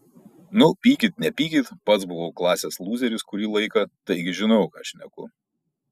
nu pykit nepykit pats buvau klasės lūzeris kurį laiką taigi žinau ką šneku